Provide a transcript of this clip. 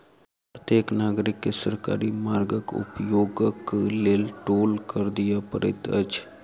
प्रत्येक नागरिक के सरकारी मार्गक उपयोगक लेल टोल कर दिअ पड़ैत अछि